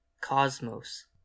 Cosmos